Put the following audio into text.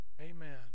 amen